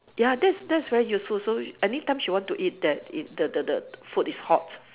ya that's that's very useful so anytime she want to eat that ea~ the the the food is hot